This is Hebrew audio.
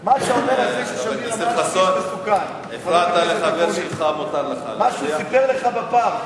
מה ששמיר היה מספר לך בפאב,